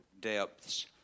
depths